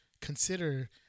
consider